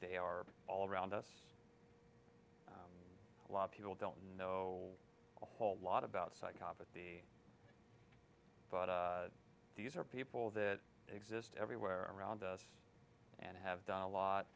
they are all around us a lot of people don't know a whole lot about psychopathy but these are people that exist everywhere around us and have done a lot